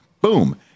boom